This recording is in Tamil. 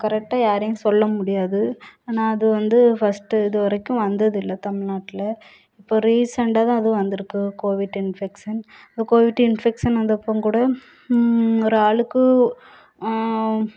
கரெக்டாக யாரையும் சொல்ல முடியாது ஆனால் அது வந்து ஃபர்ஸ்ட்டு இது வரைக்கும் வந்ததில்லை தமிழ்நாட்டில் இப்போ ரீசண்ட்டாகதான் அதுவும் வந்துருக்கு கோவிட் இன்ஃபெக்ஷன் அந்த கோவிட் இன்ஃபெக்ஷன் வந்தப்பம் கூட ஒரு ஆளுக்கு